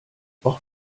auch